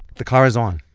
the car is on.